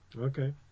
Okay